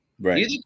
Right